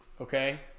okay